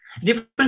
Different